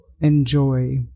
enjoy